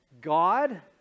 God